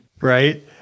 Right